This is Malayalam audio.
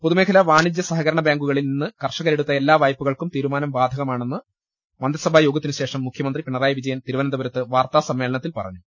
പൊതുമേഖലാ വാണിജ്യ സഹകരണ ബാങ്കുകളിൽ നിന്ന് കർഷകകരെടുത്ത എല്ലാ വായ്പകൾക്കും തീരുമാനം ബാധകമാണെന്ന് മന്ത്രിസഭായോഗത്തിനുശേഷം മുഖ്യമന്ത്രി പിണറായിവിജയൻ തിരുവനന്തപുരത്ത് വാർത്താസമ്മേളന ത്തിൽ പറഞ്ഞു